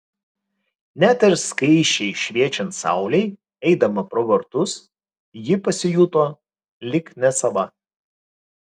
net ir skaisčiai šviečiant saulei eidama pro vartus ji pasijuto lyg nesava